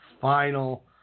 Final